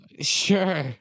Sure